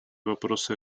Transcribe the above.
вопросы